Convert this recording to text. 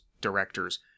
directors